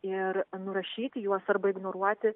ir nurašyti juos arba ignoruoti